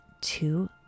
two